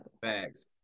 Facts